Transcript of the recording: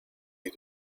you